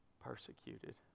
persecuted